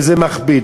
וזה מכביד.